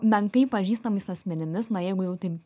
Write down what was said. menkai pažįstamais asmenimis na jeigu jau taip